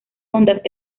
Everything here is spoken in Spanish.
ondas